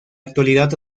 actualidad